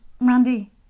Randy